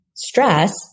Stress